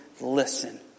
listen